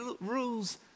rules